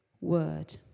word